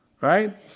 Right